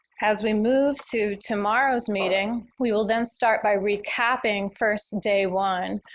as we move to tomorrow's meeting, we will then start by recapping first day one,